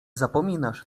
zapominasz